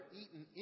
eaten